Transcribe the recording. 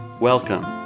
Welcome